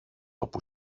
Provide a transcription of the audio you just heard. όπου